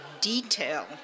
detail